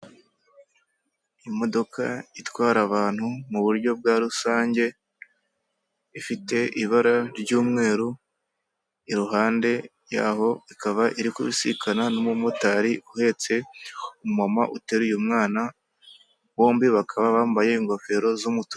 Imodoka itwara abantu mu buryo bwa rusange ifite ibara ry'umweru iruhande yaho ikaba iri kubisikana n'umumotari uhetse umuntu uteruye umwana bombi bakaba bambaye ingofero z'umutuku.